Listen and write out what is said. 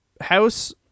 house